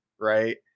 right